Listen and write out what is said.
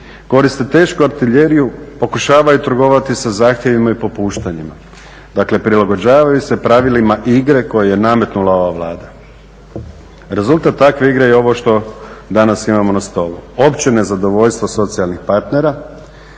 koriste tešku artiljeriju, pokušavaju trgovati sa zahtjevima i popuštanjima, dakle prilagođavaju se pravilima igre koje je nametnula ovu Vlada. Rezultat takve igre je ovo što danas imamo na stolu, opće nezadovoljstvo socijalnih partnera